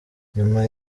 nyuma